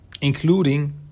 including